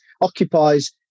occupies